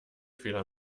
fehler